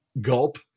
gulp